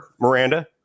Miranda